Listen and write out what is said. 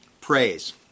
Praise